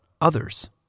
others